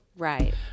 Right